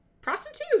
prostitute